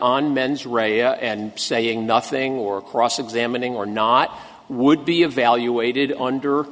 rea and saying nothing or cross examining or not would be evaluated under